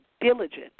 diligent